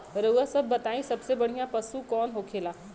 रउआ सभ बताई सबसे बढ़ियां पशु कवन होखेला?